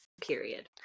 period